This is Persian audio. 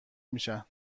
میشن